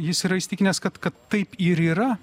jis yra įsitikinęs kad kad taip ir yra